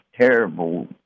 terrible